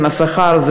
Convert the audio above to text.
עם השכר,